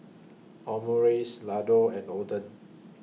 Omurice Ladoo and Oden